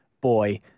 boy